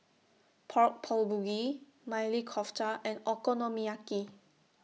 Pork Bulgogi Maili Kofta and Okonomiyaki